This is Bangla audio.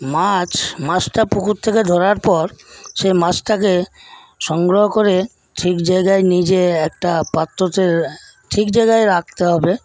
মাছ মাছটা পুকুর থেকে ধরার পর সেই মাছটাকে সংগ্রহ করে ঠিক জায়গা নিয়ে যেয়ে একটা পাত্রতে ঠিক জায়গায় রাখতে হবে